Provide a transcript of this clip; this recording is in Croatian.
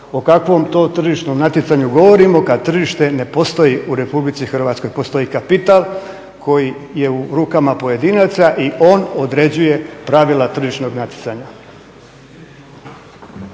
O kakvom to tržišnom natjecanju govorimo kada tržište ne postoji u Republici Hrvatskoj, postoji kapital koji je u rukama pojedinaca i on određuje pravila tržišnog natjecanja.